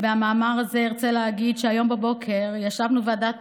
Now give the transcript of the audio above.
במעמד הזה ארצה להגיד שהיום בבוקר ישבנו בוועדת